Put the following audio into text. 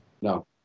No